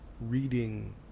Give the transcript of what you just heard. reading